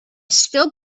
still